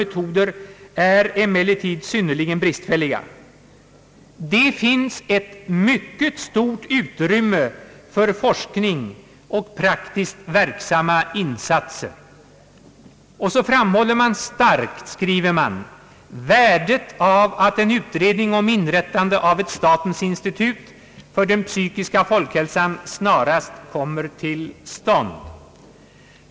metoder är emellertid synnerligen bristfälliga. Det finns ett mycket stort utrymme för forskning och praktiskt verksamma insatser.» Stiftelsen framhåller starkt värdet av att en utredning om inrättande av ett statens institut för den psykiska folkhälsan snarast kommer till stånd.